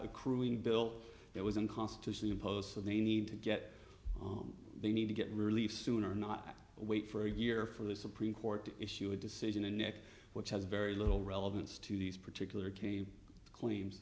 accruing built there was unconstitutional imposed so they need to get home they need to get relief sooner not wait for a year for the supreme court to issue a decision a neck which has very little relevance to these particular came claims